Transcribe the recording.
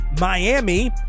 Miami